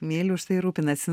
myli už tai rūpinasi